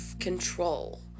control